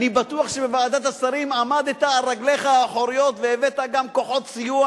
אני בטוח שבוועדת השרים עמדת על רגליך האחוריות והבאת גם כוחות סיוע,